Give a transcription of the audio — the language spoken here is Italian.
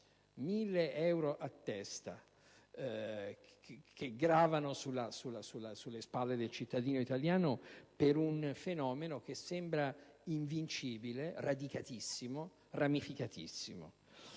1.000 euro a testa, cifra che grava sulle spalle del cittadino italiano per un fenomeno che sembra invincibile, radicatissimo, ramificatissimo.